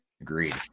Agreed